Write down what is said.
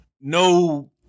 No